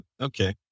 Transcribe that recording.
okay